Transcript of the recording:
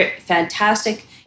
fantastic